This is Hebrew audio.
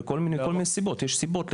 יש לכך סיבות.